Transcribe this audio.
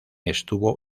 estuvo